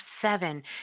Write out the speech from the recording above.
seven